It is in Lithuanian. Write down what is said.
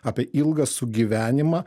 apie ilgą sugyvenimą